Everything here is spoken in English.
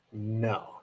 no